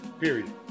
period